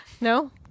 No